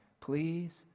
Please